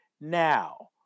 now